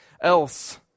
else